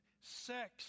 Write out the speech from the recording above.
Sex